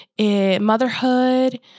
Motherhood